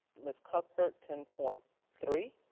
ms. cuthbert ten point three.